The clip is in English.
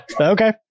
okay